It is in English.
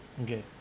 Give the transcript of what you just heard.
okay